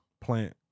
Plant